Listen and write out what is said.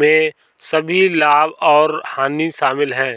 में सभी लाभ और हानि शामिल हैं